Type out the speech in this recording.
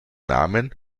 namen